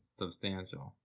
substantial